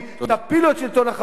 תפילו את שלטון ה"חמאס",